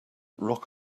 rock